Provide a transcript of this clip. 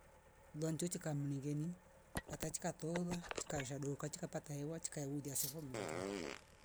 Ula njonjo kamringeni ata tichika toola tikashaza doka taichika pata hewa chika ulia sevo mningeni